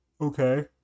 Okay